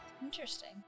Interesting